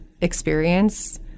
experience